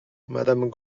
madame